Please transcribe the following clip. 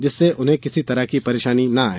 जिससे उन्हें किसी तरह की परेशानी ना आए